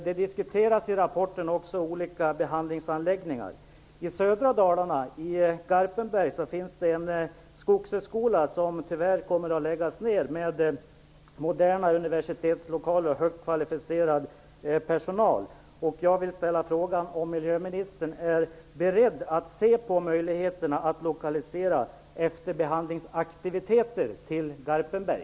Det diskuteras i rapporten också olika behandlingsanläggningar. I södra Dalarna, i Garpenberg, finns det en skogshögskola med moderna universitetslokaler och högt kvalificerad personal som tyvärr kommer att läggas ned. Jag vill ställa frågan om miljöministern är beredd att se på möjligheterna att lokalisera efterbehandlingsaktiviteter till Garpenberg.